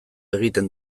egiten